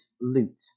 loot